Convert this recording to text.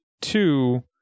two